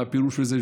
מה הפירוש של זה?